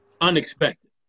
unexpected